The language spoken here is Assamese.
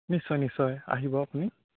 নিশ্চয় নিশ্চয় আহিব আপুনি